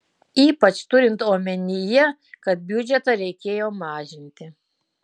ypač turint omenyje kad biudžetą reikėjo mažinti